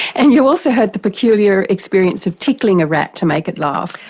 and you also had the peculiar experience of tickling a rat to make it laugh.